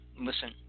Listen